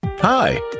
Hi